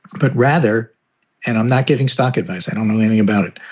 but rather and i'm not giving stock advice. i don't know anything about it.